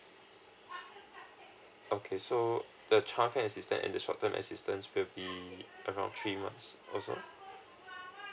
okay so the childcare assistance and the short term assistance will be around three months also